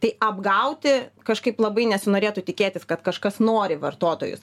taip apgauti kažkaip labai nesinorėtų tikėtis kad kažkas nori vartotojus